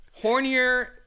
Hornier